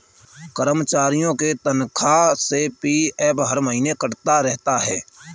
कर्मचारियों के तनख्वाह से पी.एफ हर महीने कटता रहता है